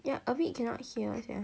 ya a bit cannot hear sia